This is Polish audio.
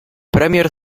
premier